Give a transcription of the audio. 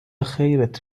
خیرت